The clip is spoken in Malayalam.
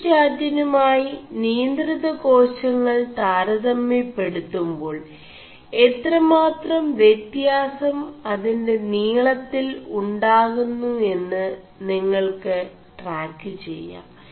ബി¶ാിനുമായി നിയ4ിത േകാശÆൾ താരതമçെçടുøുേ2ാൾ എ4തമാ4തം വçതçാസം അതിൻെറ നീളøിൽ ഉാകുMു എM് നിÆൾ ് 4ടാ ് െചാം